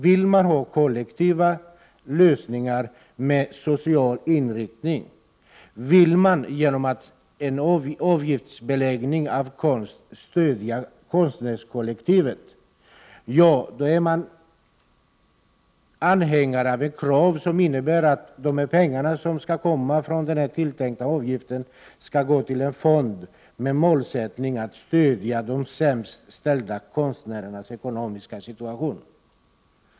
Vill man ha kollektiva lösningar med en social inriktning och vill man genom en avgiftsbeläggning av vidareförsäljning av konst stödja konstnärskollektivet, är man också anhängare av kravet att de pengar som den tilltänkta avgiften ger skall gå till en fond som skall användas för att stödja de sämst ställda konstnärerna i deras ekonomiska situation.